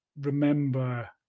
remember